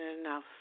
enough